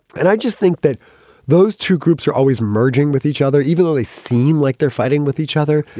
and i just think that those two groups are always merging with each other, even though they seem like they're fighting with each other. yeah,